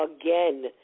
again